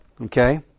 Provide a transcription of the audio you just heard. Okay